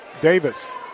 Davis